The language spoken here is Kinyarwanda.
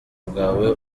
bwawe